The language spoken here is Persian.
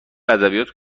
ادبیات